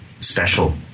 special